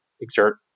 exert